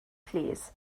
plîs